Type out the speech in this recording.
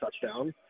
touchdown